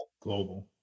Global